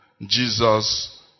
Jesus